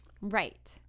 Right